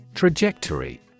Trajectory